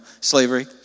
slavery